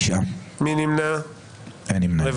9 נמנעים, 2 לא אושרה.